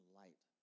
light